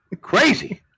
Crazy